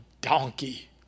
donkey